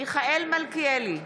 מיכאל מלכיאלי,